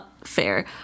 fair